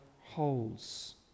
holds